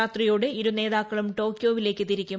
രാത്രിയോടെ ഇരുനേതാക്കളും ടോക്കിയോവി ലേക്ക് തിരിക്കും